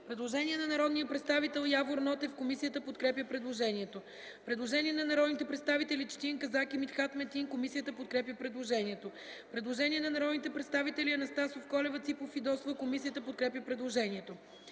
Предложение на народния представител Явор Нотев. Комисията подкрепя предложението. Предложение на народните представители Четин Казак и Митхат Метин. Комисията подкрепя предложението. Предложение на народните представители Анастасов, Колева, Ципов и Фидосова. Комисията подкрепя предложението.